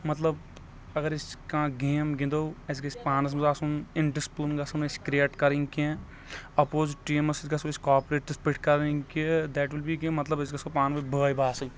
مطلب اگر أسۍ کانٛہہ گیم گِندو اَسہِ گژھہِ پانس منٛز آسُن اِنڈِسپٕلن گژھو نہٕ أسۍ کِریٹ کرٕنۍ کیٚنٛہہ اپوزِٹ ٹیٖمس سۭتۍ گژھو أسۍ کاپریٹ تِتھ پٲٹھۍ کرٕنۍ کہِ دیٹ وِل بی کہِ مطلب أسۍ گژھو پان وأنۍ بأے باسٕنۍ